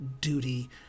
duty